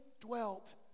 dwelt